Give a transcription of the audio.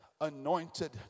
anointed